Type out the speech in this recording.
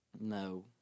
No